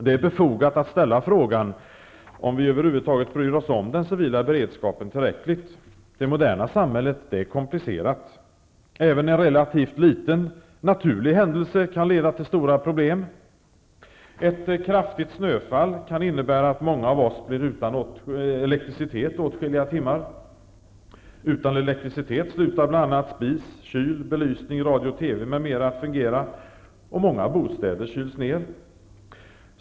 Det är befogat att ställa frågan om vi över huvud taget bryr oss om den civila beredskapen tillräckligt mycket. Det moderna samhället är komplicerat. Även en relativt liten, naturlig händelse kan leda till stora problem. Ett kraftigt snöfall kan innebära att många av oss blir utan elektricitet åtskilliga timmar. Utan elektricitet slutar spis, kyl, belysning, radio/TV m.m. att fungera, och många bostäder kyls ner.